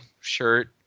shirt